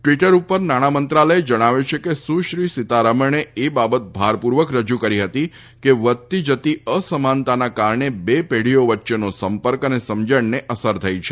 Twitter ઉપર નાણામંત્રાલયે જણાવ્યું છે કે સુશ્રી સીતારમણે એ બાબત ભારપૂર્વક રજૂ કરી હતી કે વધતી જતી અસમાનતાના કારણે બે પેઢીયો વચ્ચેનો સંપર્ક અને સમજણને અસર થઈ છે